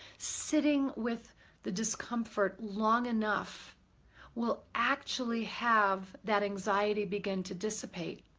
sitting with the discomfort long enough will actually have that anxiety begin to dissipate,